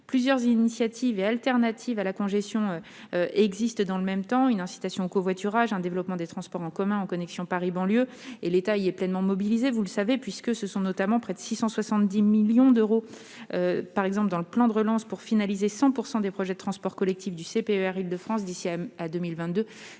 Plusieurs initiatives et alternatives à la congestion existent dans le même temps : incitation au covoiturage, développement des transports en commun en connexion entre Paris et la banlieue, etc. L'État est pleinement mobilisé, vous le savez, puisque ce sont notamment près de 670 millions d'euros dans le cadre du plan de relance pour finaliser 100 % des projets de transports collectifs du contrat de plan